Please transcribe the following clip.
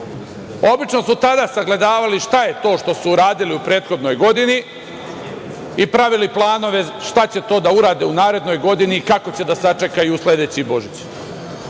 Obično su tada sagledavali šta je to što su uradili u prethodnoj godini i pravili planove šta će to da urade u narednoj godini i kako će da sačekaju sledeći Božić.